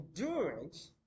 endurance